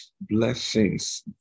blessings